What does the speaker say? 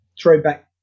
throwback